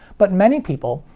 but many people,